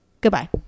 Goodbye